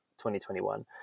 2021